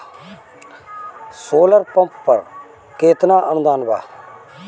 Solar pump पर केतना अनुदान बा?